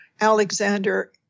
Alexander